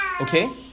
okay